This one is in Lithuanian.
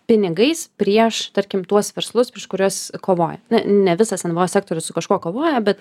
pinigais prieš tarkim tuos verslus prieš kuriuos kovoja na ne visas nvo sektorius su kažkuo kovoja bet